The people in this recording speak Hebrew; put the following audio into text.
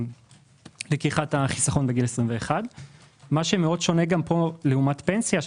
משיכת החיסכון בגיל 21. מה ששונה פה לעומת פנסיה,